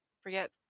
forget